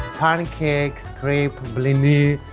pancakes, crepes, blini.